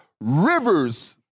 rivers